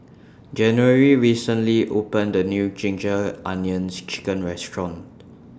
January recently opened The New Ginger Onions Chicken Restaurant